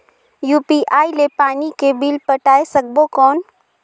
UPI ले पानी के बिल पटाय सकबो कौन?